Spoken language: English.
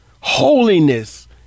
holiness